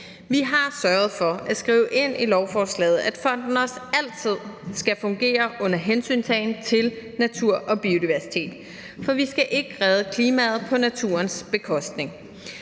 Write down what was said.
vi har sørget for at skrive ind i lovforslaget, at fonden også altid skal fungere under hensyntagen til natur og biodiversitet, for vi skal ikke redde klimaet på naturens bekostning.